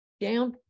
down